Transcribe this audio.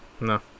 No